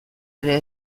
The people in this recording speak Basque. ere